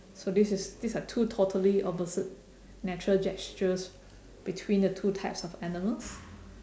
so this is these are two totally opposite natural gestures between the two types of animals